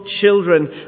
children